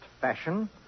fashion